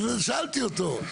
אני שאלתי אותו.